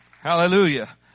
Hallelujah